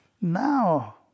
Now